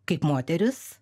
kaip moteris